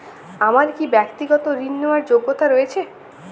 আমার কী ব্যাক্তিগত ঋণ নেওয়ার যোগ্যতা রয়েছে?